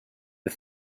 the